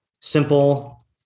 simple